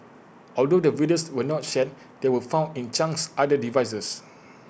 although the videos were not shared they were found in Chang's other devices